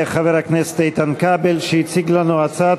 תודה לחבר הכנסת איתן כבל שהציג לנו את הצעת